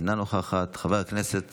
אינה נוכחת, חבר הכנסת